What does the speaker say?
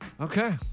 Okay